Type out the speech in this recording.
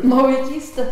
nuo vaikystė